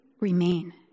remain